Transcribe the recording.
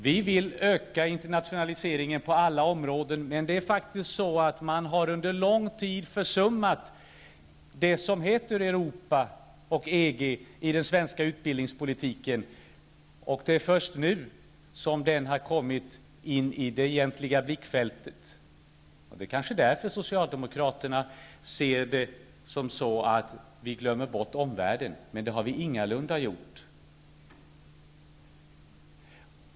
Vi vill öka internationaliseringen på alla områden, men man har under en lång tid i den svenska utbildningspolitiken försummat det som heter Europa och EG. Det är först nu som det har kommit in i det egentliga blickfältet. Det är kanske därför som Socialdemokraterna ser det som så att vi glömmer bort omvärlden, men det har vi ingalunda gjort.